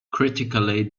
critically